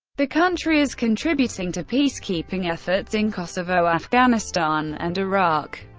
the country is contributing to peacekeeping efforts in kosovo, afghanistan and iraq.